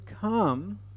Come